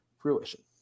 fruition